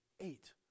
eight